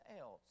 else